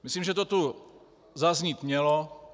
Myslím, že to tu zaznít mělo.